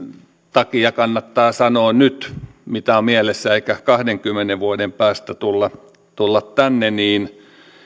takia kannattaa sanoa mitä on mielessä eikä kahdenkymmenen vuoden päästä tulla tulla tänne että